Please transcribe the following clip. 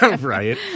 Right